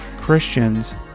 Christians